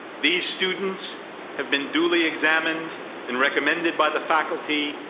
these students have been duly examined and recommended by the faculty,